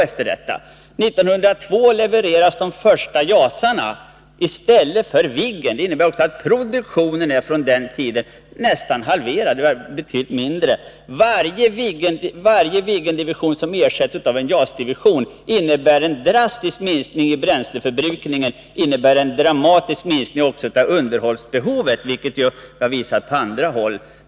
1992 levereras de första JAS-planen i stället för Viggen. Det innebär också att kostnaden för produktionen efter den tiden är nästan halverad. Varje gång en Viggendivision ersätts av en JAS-division innebär det en kraftig minskning i bränsleförbrukningen och även en drastisk minskning av underhållsbehovet, vilket ju påtalats av statliga utredningar.